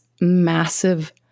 massive